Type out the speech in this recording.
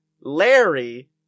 Larry